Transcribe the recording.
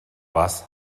was